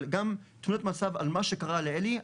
אבל גם תמונת מצב על מה שקרה לאלי,